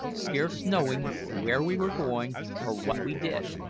scarce knowing where we were going or what we did,